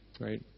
right